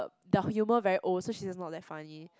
the humour very old so she's not that funny